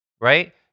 Right